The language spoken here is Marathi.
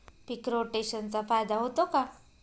पीक रोटेशनचा फायदा होतो का?